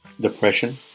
depression